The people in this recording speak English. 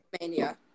Mania